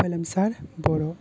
फोलोमसार बर'